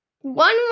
one